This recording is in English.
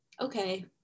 okay